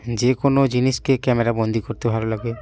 যে কোনো জিনিসকে ক্যামেরাবন্দি করতে ভালো লাগে